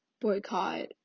boycott